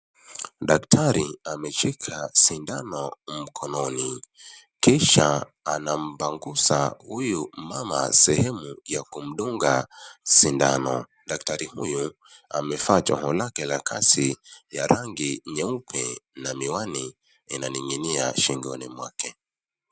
Daktari ameshika sindano mkononi, kisha anampangusa huyu mama sehemu ya kumdunga sindano. Daktari huyu amevaa joha lake la kazi ya rangi nyeupe na miwani inaninginia shingoni mwake.